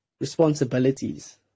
responsibilities